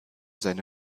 seine